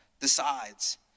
decides